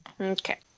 Okay